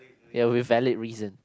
ya with valid reason